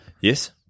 Yes